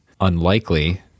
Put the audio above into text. unlikely